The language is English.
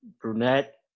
Brunette